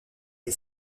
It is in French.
est